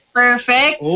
perfect